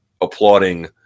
applauding